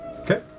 Okay